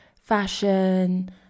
fashion